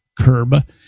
curb